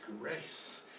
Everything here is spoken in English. grace